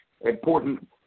important